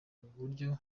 buryo